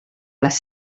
les